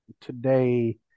today